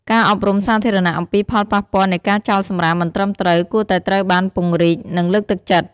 ការអប់រំសាធារណៈអំពីផលប៉ះពាល់នៃការចោលសំរាមមិនត្រឹមត្រូវ គួរតែត្រូវបានពង្រីក និងលើកទឹកចិត្ត។